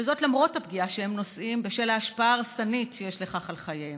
למרות הפגיעה שהם נושאים בשל ההשפעה ההרסנית שיש לכך על חייהם.